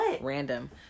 random